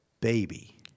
baby